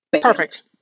Perfect